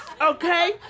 okay